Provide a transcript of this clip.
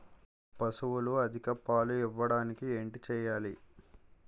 పశువులు అధిక పాలు ఇవ్వడానికి ఏంటి చేయాలి